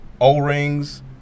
O-rings